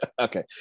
okay